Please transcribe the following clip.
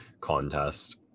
contest